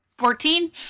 Fourteen